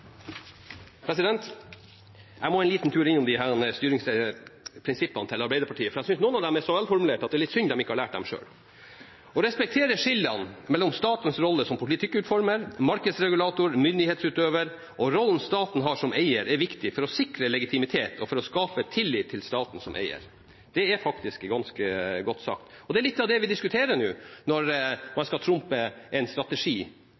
Jeg må en liten tur innom disse styringsprinsippene til Arbeiderpartiet, for jeg synes noen av dem er så velformulerte at det er synd de ikke har lært dem selv. Å respektere skillene mellom statens rolle som politikkutformer, markedsregulator og myndighetsutøver og rollen staten har som eier, er viktig for å sikre legitimitet og for å skape tillit til staten som eier. Det er faktisk ganske godt sagt. Det er litt av det vi diskuterer nå, når man skal trumfe gjennom et krav om strategi